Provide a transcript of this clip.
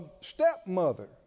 stepmother